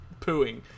pooing